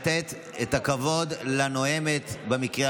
לא תציג ולא נצביע.